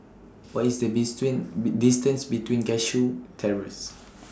What IS The distance to Cashew Terrace